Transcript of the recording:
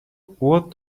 what